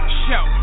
show